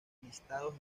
listados